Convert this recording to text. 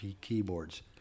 keyboards